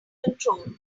control